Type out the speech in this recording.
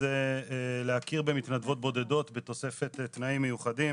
זה להכיר במתנדבות בודדות בתוספת תנאים מיוחדים.